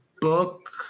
book